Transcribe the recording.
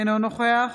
אינו נוכח